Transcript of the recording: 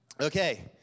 Okay